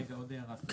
עוד הערת נוסח.